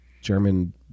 German